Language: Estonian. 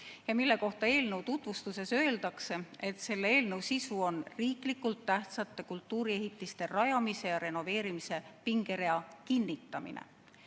ja mille kohta eelnõu tutvustuses öeldakse, et selle eelnõu sisu on riiklikult tähtsate kultuuriehitiste rajamise ja renoveerimise pingerea kinnitamine.